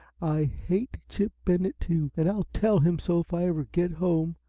i hate chip bennett, too, and i'll tell him so if i ever get home.